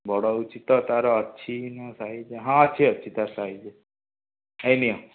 ବଡ଼ ହେଉଛି ତ ତାର ଅଛି ହଁ ସାଇଜ୍ ହଁ ଅଛି ଅଛି ତା ସାଇଜ୍ ହେଇ ନିଅ